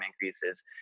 increases